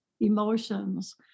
emotions